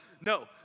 no